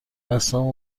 بستم